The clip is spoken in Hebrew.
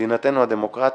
שבמדינתנו הדמוקרטית,